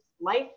life